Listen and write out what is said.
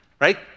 right